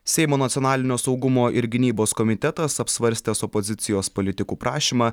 seimo nacionalinio saugumo ir gynybos komitetas apsvarstęs opozicijos palitikų prašymą